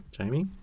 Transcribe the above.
Jamie